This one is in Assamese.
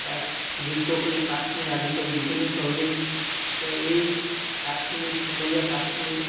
তাক যোগ্য় কৰি পাত ছিঙা আদি কৰি বিভিন্ন শ্ৰমিকে এই পাতখিনি কোমলীয়া পাতখিনি